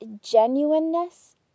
genuineness